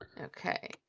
Okay